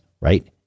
right